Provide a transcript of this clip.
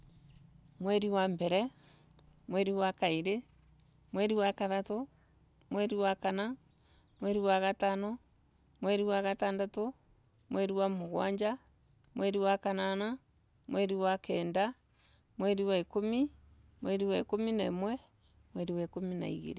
Mweri wa mbere. mweri wa kairi. mweli wa kathatu. mweli wa kana. mweli wa gatano. mweli wa gatandatu. mweli wa kendo. mweli wa kanana. mweli wa kenda. mweli wa ikumi. mweli wa ikumi na imwe. mwili wa ikumi na igiri.